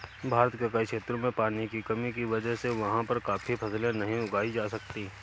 भारत के कई क्षेत्रों में पानी की कमी की वजह से वहाँ पर काफी फसलें नहीं उगाई जा सकती